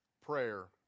prayer